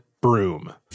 broom